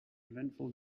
eventful